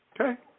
Okay